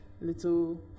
little